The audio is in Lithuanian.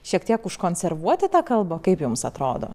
šiek tiek užkonservuoti tą kalbą kaip jums atrodo